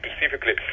specifically